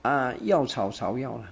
ah 药草草药 ah